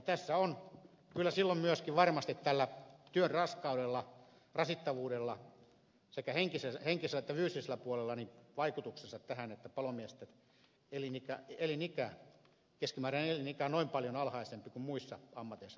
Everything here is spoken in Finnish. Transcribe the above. tässä on kyllä silloin myöskin varmasti tällä työn raskaudella rasittavuudella sekä henkisellä että fyysisellä puolella vaikutuksensa tähän että palomiesten keskimääräinen elinikä on noin paljon alhaisempi kuin muissa ammateissa toimivilla